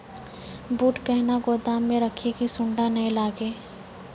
बूट कहना गोदाम मे रखिए की सुंडा नए लागे?